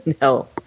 No